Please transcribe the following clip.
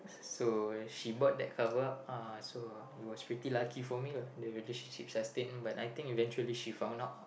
so she bought that cover up ah so it was pretty lucky for me lah the relationship sustain but I think eventually she found out